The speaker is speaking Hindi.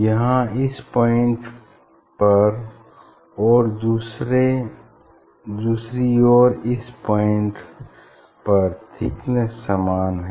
यहाँ इस पॉइंट पर और दूसरी ओर इस पॉइंट पॉइंट पर थिकनेस समान है